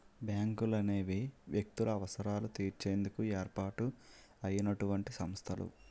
బ్యాంకులనేవి వ్యక్తుల అవసరాలు తీర్చేందుకు ఏర్పాటు అయినటువంటి సంస్థలు